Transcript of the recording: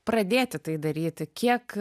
pradėti tai daryti kiek